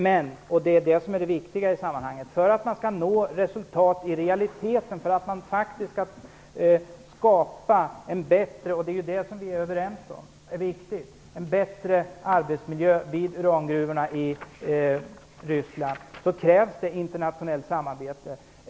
Men för att man skall nå resultat i realiteten, för att man faktiskt skall kunna skapa en bättre arbetsmiljö vid urangruvorna i Ryssland - och det är det som vi är överens om är viktigt - krävs det internationellt samarbete.